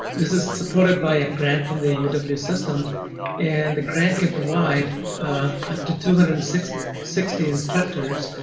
this is supported by a grant from the uwm system and the grant can provide up to two hundred and sixty sixty instructors